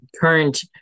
current